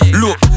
look